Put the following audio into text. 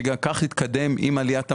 שגם כך התקדם עם עליית המדד,